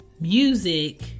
music